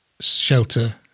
shelter